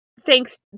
thanks